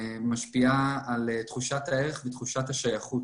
משפיעה על תחושת הערך ועל תחושת השייכות.